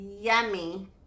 yummy